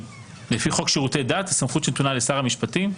לפי חוק שירותי דת סמכות שנתונה לשר המשפטים.